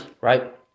right